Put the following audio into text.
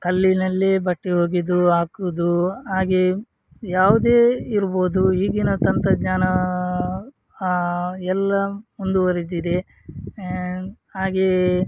ಕಲ್ಲಿನಲ್ಲೇ ಬಟ್ಟೆ ಒಗೆದು ಹಾಕುದು ಹಾಗೆಯೇ ಯಾವುದೇ ಇರ್ಬೋದು ಈಗಿನ ತಂತ್ರಜ್ಞಾನ ಎಲ್ಲ ಮುಂದುವರೆದಿದೆ ಹಾಗೆಯೇ